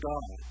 God